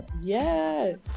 yes